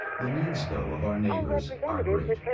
the needs, though, of our neighbors are great.